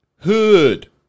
Hood